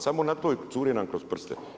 Samo na toj, curi nam kroz preste.